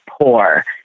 poor